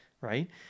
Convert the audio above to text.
right